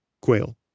Quail